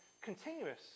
continuous